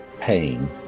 pain